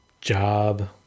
job